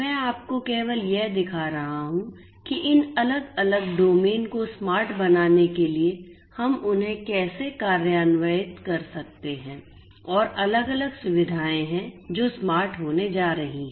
मैं आपको केवल यह दिखा रहा हूं कि इन अलग अलग डोमेन को स्मार्ट बनाने के लिए हम उन्हें कैसे कार्यान्वित कर सकते हैं और अलग अलग सुविधाएं हैं जो स्मार्ट होने जा रही हैं